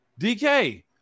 DK